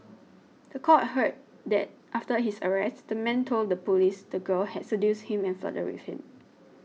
the court heard that after his arrest the man told the police the girl had seduced him and flirted with him